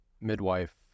midwife